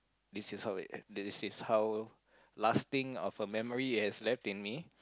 this is how it end this is how lasting of a memory it has left in me